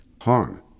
harm